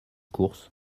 course